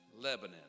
Lebanon